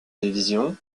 télévision